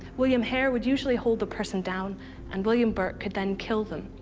william hare would usually hold the person down and william burke could then kill them.